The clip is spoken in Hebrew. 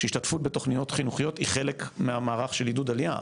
שהשתתפות בתוכניות חינוכיות היא חלק מהמערך של עידוד עלייה.